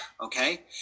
okay